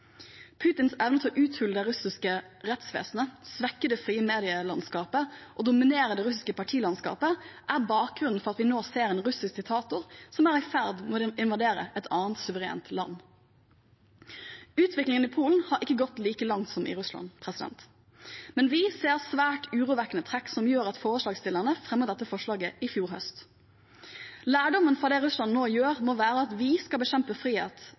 Putins evne til å uthule det russiske rettsvesenet, svekke det frie medielandskapet og dominere det russiske partilandskapet er bakgrunnen for at vi nå ser en russisk diktator som er i ferd med å invadere et annet suverent land. Utviklingen i Polen har ikke gått like langt som i Russland, men vi ser svært urovekkende trekk som gjør at forslagsstillerne fremmet dette forslaget i fjor høst. Lærdommen fra det Russland nå gjør, må være at vi skal bekjempe